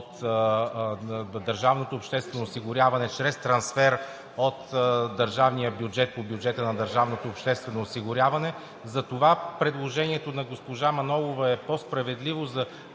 държавното обществено осигуряване,